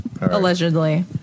allegedly